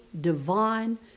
divine